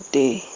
day